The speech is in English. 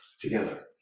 together